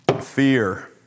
Fear